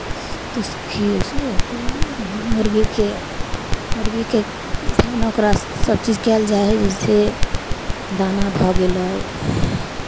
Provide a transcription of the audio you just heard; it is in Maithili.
स् खिअतै मुर्गीकेँ मुर्गीकेँ फेन ओकरा सभचीज कयल जाइ हइ जइसे दाना भऽ गेलै